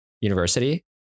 university